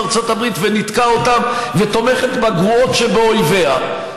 ארצות הברית וניתקה אותם ותומכת בגרועות שבאויביה,